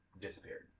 disappeared